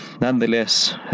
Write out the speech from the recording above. nonetheless